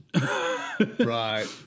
Right